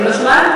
אני לא שומעת.